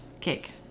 Cake